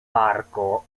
parku